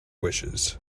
wishes